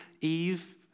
Eve